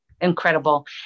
incredible